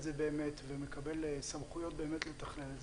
זה באמת ומקבל סמכויות לתכלל את זה.